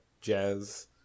jazz